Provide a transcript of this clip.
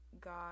God